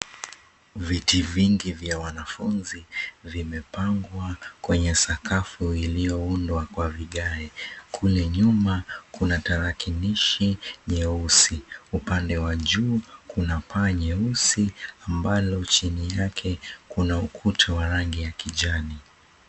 Viti vingi vya wanafunzi vimepangwa kwenye sakafu iliyo undwa kwa vigae. Kule nyuma, kuna tarakinishi nyeusi Upande wa juu kuna paa nyeusi ambalo chini yake kuna ukuta wa rangi ya kijani.